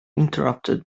interrupted